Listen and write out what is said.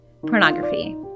Pornography